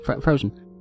frozen